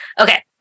Okay